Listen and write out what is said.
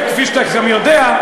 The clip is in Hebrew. וכפי שאתה גם יודע,